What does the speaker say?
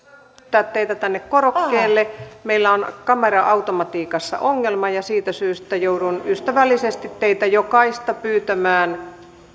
pyytää teitä tänne korokkeelle meillä on kamera automatiikassa ongelma ja siitä syystä joudun ystävällisesti teitä jokaista pyytämään